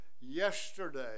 yesterday